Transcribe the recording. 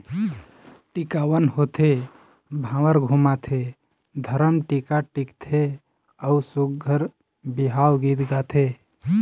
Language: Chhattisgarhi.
टिकावन होथे, भांवर घुमाथे, धरम टीका टिकथे अउ सुग्घर बिहाव गीत गाथे